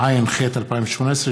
התשע"ח 2018,